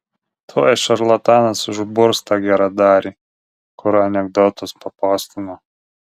tuoj šarlatanas užburs tą geradarį kur anekdotus papostino